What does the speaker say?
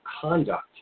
conduct